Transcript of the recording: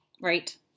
Right